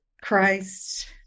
Christ